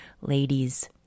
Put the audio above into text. Ladies